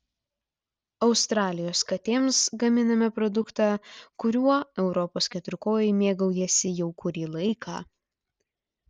australijos katėms gaminame produktą kuriuo europos keturkojai mėgaujasi jau kurį laiką